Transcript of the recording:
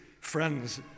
friends